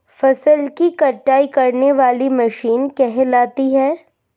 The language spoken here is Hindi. फसल की कटाई करने वाली मशीन कहलाती है?